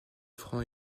franc